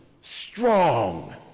strong